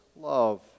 love